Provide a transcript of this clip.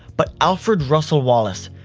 but alfred russel wallace.